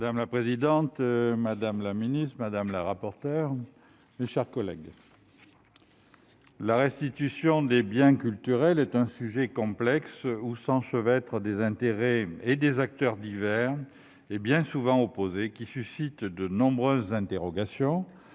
Madame la présidente, madame la secrétaire d'État, mes chers collègues, la restitution des biens culturels est un sujet complexe, qui mêle des intérêts et des acteurs divers et bien souvent opposés et qui suscite de nombreuses interrogations,